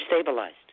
stabilized